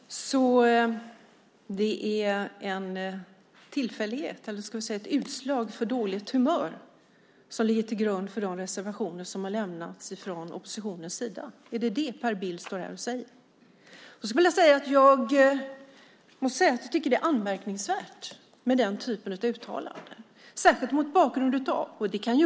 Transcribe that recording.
Herr talman! Så det är en tillfällighet, eller ska vi säga ett utslag av dåligt humör, som ligger till grund för de reservationer som har lämnats från oppositionens sida? Är det detta Per Bill står här och säger? Jag måste säga att jag tycker att det är anmärkningsvärt med den typen av uttalanden, särskilt mot den bakgrund som finns.